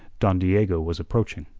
don diego was approaching.